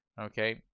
okay